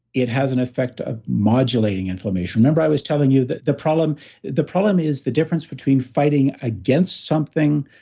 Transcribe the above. it has an effect ah of modulating inflammation. remember, i was telling you that the problem the problem is the difference between fighting against something,